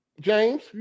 James